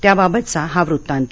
त्याबाबतचा हा वृत्तांत